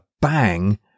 bang